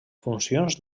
funcions